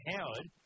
Howard